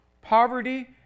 Poverty